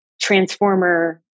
transformer